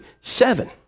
Seven